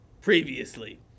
Previously